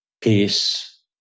peace